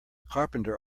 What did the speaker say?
carpenter